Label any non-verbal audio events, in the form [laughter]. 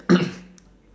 [coughs]